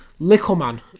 Lickleman